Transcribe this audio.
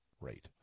rate